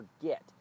forget